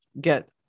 get